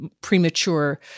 premature